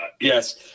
Yes